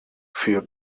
für